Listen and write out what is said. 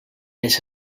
les